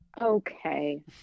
Okay